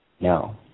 no